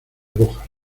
rojas